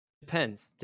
depends